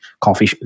coffee